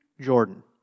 Jordan